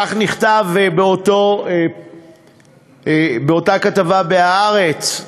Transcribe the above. כך נכתב באותה כתבה ב"הארץ"